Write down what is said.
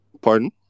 Pardon